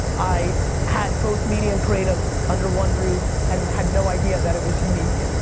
i had both media and creative under one roof. and had no idea that it was unique.